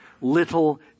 little